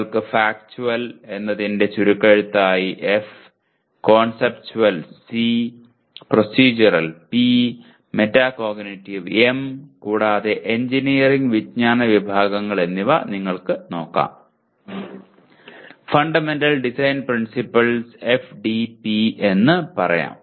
നിങ്ങൾക്ക് ഫാക്ട്ചുവൽ എന്നതിന്റെ ചുരുക്കെഴുതായി F conceptual C procedural P metacognitive M കൂടാതെ എഞ്ചിനീയറിംഗ് വിജ്ഞാന വിഭാഗങ്ങൾ എന്നിവ നിങ്ങൾക്ക് നോക്കാം ഫണ്ടമെന്റൽ ഡിസൈൻ പ്രിൻസിപ്പൽസ്ന് FDP എന്ന് പറയാം